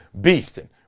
Beasting